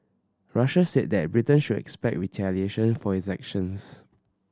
Russia said that Britain should expect retaliation for its actions